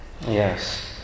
Yes